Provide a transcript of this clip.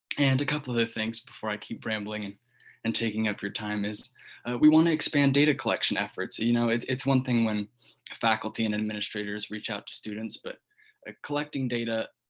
and a couple other things before i keep rambling and and taking up your time is we want to expand data collection efforts. you know, it's one thing when faculty and administrators reach out to students, but ah collecting data,